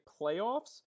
playoffs